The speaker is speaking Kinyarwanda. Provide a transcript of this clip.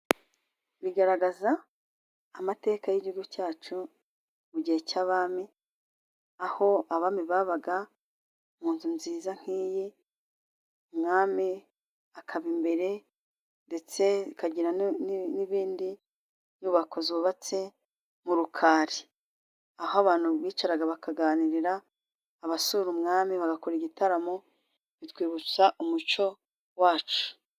Bigaragaza amateka y'igihugu cyacu, mu gihe cy'abami aho abami babaga mu nzu nziza nk'iyi, umwami akaba imbere ndetse zikagira n'ibindi nyubako zubatse mu rukari aho abantu bicaraga bakaganirira, abasura umwami bagakora igitaramo bitwibutsa umuco wacu.